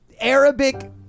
Arabic